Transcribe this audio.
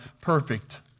perfect